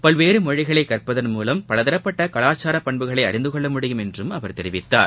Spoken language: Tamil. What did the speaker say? பல்வேறு மொழிகளை கற்பதன் மூலம் பலதரப்பட்ட கலாச்சார பண்புகளை அறிந்து கொள்ள முடியும் என்றும் அவர் கூறினார்